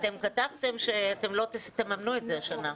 אתם כתבתם שאתם לא תממנו את זה השנה.